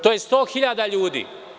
To je 100.000 ljudi.